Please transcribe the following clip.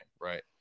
right